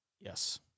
Yes